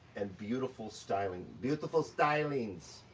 and beautiful styling, beautiful stylings.